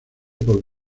por